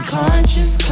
conscious